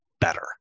better